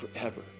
forever